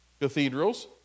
cathedrals